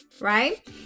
right